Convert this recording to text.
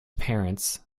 parents